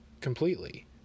Completely